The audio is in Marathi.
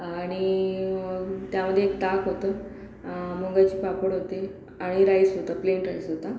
आणि त्यामध्ये एक ताक होतं मुगाचे पापड होते आणि राईस होतं प्लेन राईस होता